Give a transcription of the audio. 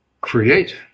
create